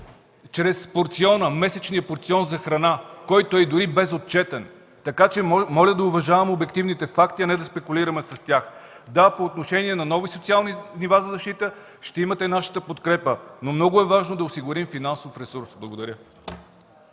Чрез месечния порцион за храна, който е дори безотчетен. Така че, моля да уважаваме обективните факти, а не да спекулираме с тях. Да, по отношение на много социални нива за защита ще имате нашата подкрепа. Много е важно обаче да осигурим финансов ресурс. Благодаря.